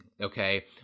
Okay